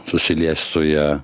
susiliest su ja